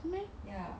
是咩